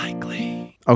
Okay